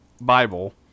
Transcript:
Bible